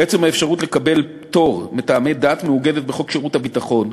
עצם האפשרות לקבל פטור מטעמי דת מעוגנת בחוק שירות הביטחון,